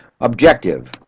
objective